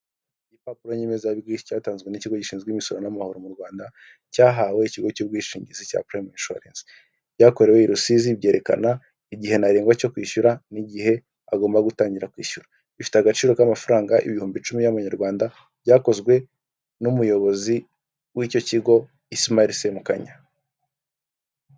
Impapuro nyemezabwishyu cyatanzwe n'ikigo gishinzwe imisoro n'amahoro mu Rwanda cyahawe ikigo cy'ubwishingizi cya piurayime inshuwarensi, byakorewe i Rusizi byerekana igihe ntarengwa cyo kwishyura n'igihe agomba gutangira kwishyura bifite agaciro k'amafaranga ibihumbi icumi y'amanyarwanda, byakozwe n'umuyobozi w'icyo kigo Ismail Semukanya.